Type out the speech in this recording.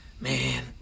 Man